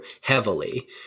heavily